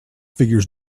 figures